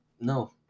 No